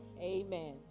Amen